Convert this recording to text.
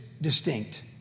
distinct